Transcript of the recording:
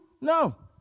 No